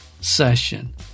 session